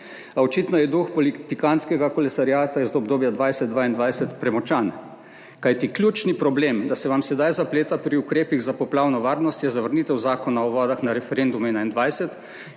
A očitno je duh politikantskega kolesarijata iz obdobja 2020–2022 premočan. Kajti ključni problem, da se vam sedaj zapleta pri ukrepih za poplavno varnost, je zavrnitev Zakona o vodah na referendumu 2021,